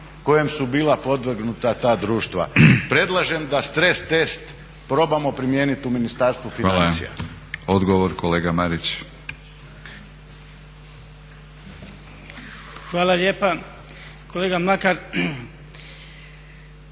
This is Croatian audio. kojem su bila podvrgnuta ta društva. Predlažem da stres test probamo primijeniti u Ministarstvu financija. **Batinić, Milorad (HNS)** Hvala. Odgovor, kolega Marić.